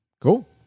Cool